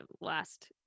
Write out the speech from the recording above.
last